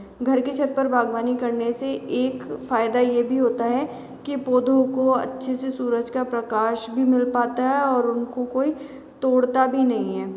घर की छत पर बागवानी करने से एक फ़ायदा यह भी होता है कि पौधों को अच्छे से सूरज का प्रकाश भी मिल पाता है और उनको कोई तोड़ता भी नहीं है